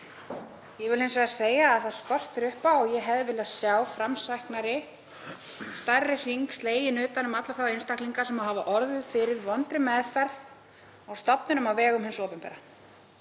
Ég vil hins vegar segja að hér skortir upp á og ég hefði viljað sjá framsæknari tillögu og stærri hring sleginn utan um alla þá einstaklinga sem hafa orðið fyrir vondri meðferð á stofnunum á vegum hins opinbera